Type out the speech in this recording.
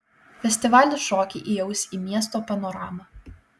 festivalis šokį įaus į miesto panoramą